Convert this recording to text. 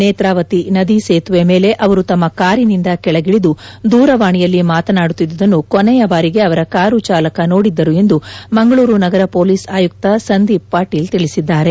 ನೇತ್ರಾವತಿ ನದಿ ಸೇತುವೆ ಮೇಲೆ ಅವರು ತಮ್ಮ ಕಾರಿನಿಂದ ಕೆಳಗಿಳಿದು ದೂರವಾಣಿಯಲ್ಲಿ ಮಾತನಾಡುತ್ತಿದ್ದುದನ್ನು ಕೊನೆಯ ಬಾರಿಗೆ ಅವರ ಕಾರು ಚಾಲಕ ನೋಡಿದ್ದರು ಎಂದು ಮಂಗಳೂರು ನಗರ ಪೊಲೀಸ್ ಆಯುಕ್ತ ಸಂದೀಪ್ ಪಾಟೀಲ್ ತಿಳಿಸಿದ್ದಾರೆ